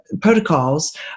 protocols